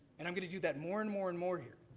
and i'm going to do that more and more and more here.